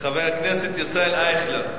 חבר הכנסת ישראל אייכלר,